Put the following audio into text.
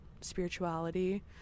spirituality